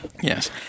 Yes